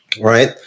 right